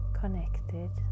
connected